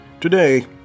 Today